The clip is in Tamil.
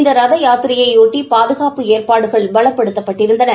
இந்த ரத யாத்திரையையொட்டி பாதுகாப்பு ஏற்பாடுகள் பலப்படுத்தப்பட்டிருந்தன